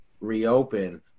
reopen